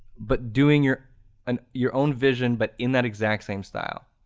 but doing your and your own vision but in that exact same style,